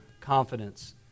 confidence